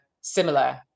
similar